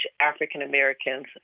African-Americans